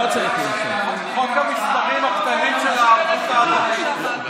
חוק המספרים הקטנים של הערבות ההדדית.